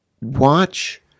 watch